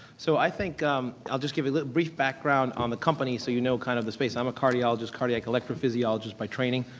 so, i think i'll just give you a brief background on the company so you know kind of the space. i'm a cardiologist cardio like like physiologist by training.